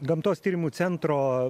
gamtos tyrimų centro